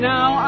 Now